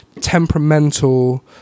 temperamental